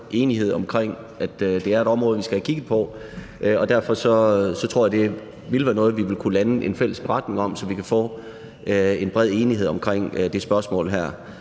enighed om, at det er et område, vi skal have kigget på, og derfor tror jeg, det vil være noget, vi vil kunne lande en fælles beretning om, så vi kan få en bred enighed omkring det her spørgsmål.